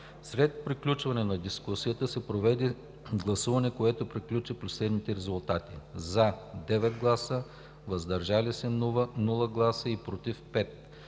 След приключване на дискусията се проведе гласуване, което приключи при следните резултати: 10 гласа „за“, 5 гласа „против“